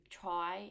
try